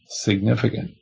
significant